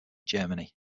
germany